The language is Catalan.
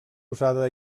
usada